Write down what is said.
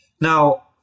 Now